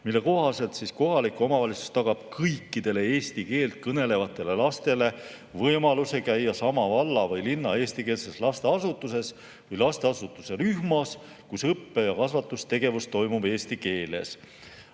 mille kohaselt kohalik omavalitsus tagab kõikidele eesti keelt kõnelevatele lastele võimaluse käia sama valla või linna eestikeelses lasteasutuses või lasteasutuse rühmas, kus õppe- ja kasvatustegevus toimub eesti keeles.